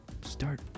start